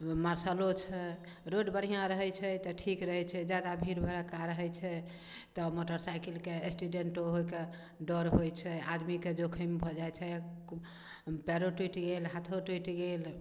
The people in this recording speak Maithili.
मार्शलों छै रोड बढ़िऑं रहै छै तऽ ठीक रहै छै जादा भीड़ भड़क्का रहै छै तऽ मोटरसाइकिल के एक्सिडेंटो होइके डर होइ छै आदमीके जोखिम भऽ जाइ छै पएरो टूटि गेल हाथो टूटि गेल